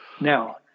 Now